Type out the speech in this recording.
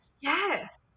Yes